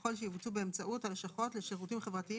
ויכול שיבוצעו באמצעות הלשכות לשירותים חברתיים